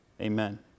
Amen